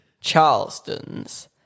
Charleston's